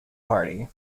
party